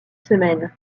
semaines